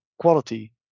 quality